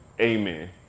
Amen